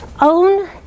own